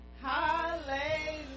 Hallelujah